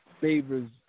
favors